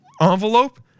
envelope